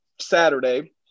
Saturday